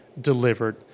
delivered